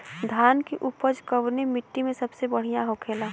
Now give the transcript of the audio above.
धान की उपज कवने मिट्टी में सबसे बढ़ियां होखेला?